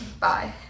bye